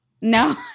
No